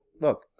look